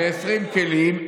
ב-20 כלים,